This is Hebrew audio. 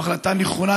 זו החלטה נכונה,